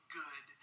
good